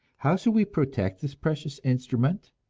how shall we protect this precious instrument?